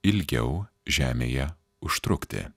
ilgiau žemėje užtrukti